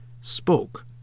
spoke